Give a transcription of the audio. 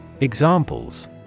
Examples